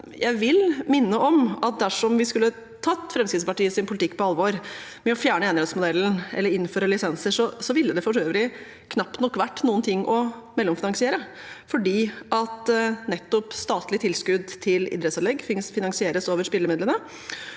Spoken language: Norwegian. Jeg vil også minne om at dersom vi skulle tatt Fremskrittspartiets politikk på alvor ved å fjerne enerettsmodellen eller innføre lisenser, ville det for øvrig knapt nok vært noe å mellomfinansiere, fordi nettopp statlige tilskudd til idrettsanlegg finansieres over spillemidlene.